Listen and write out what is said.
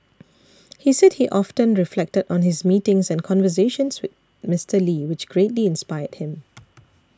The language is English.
he said he often reflected on his meetings and conversations with Mister Lee which greatly inspired him